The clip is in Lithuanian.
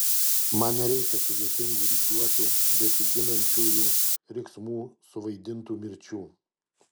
man nereikia sudėtingų rikiuočių besiginančiųjų riksmų suvaidintų mirčių